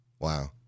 Wow